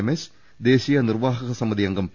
രമേശ് ദേശീയ നിർവാഹകസമിതി അംഗം പി